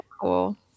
cool